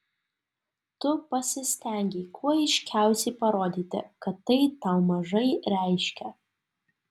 tu pasistengei kuo aiškiausiai parodyti kad tai tau mažai reiškia